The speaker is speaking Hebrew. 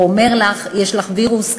או אומר לך: יש לך וירוס,